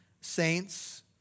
saints